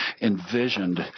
envisioned